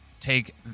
take